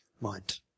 mind